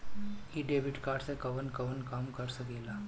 इ debit card से कवन कवन काम कर सकिला?